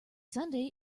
sunday